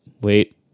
wait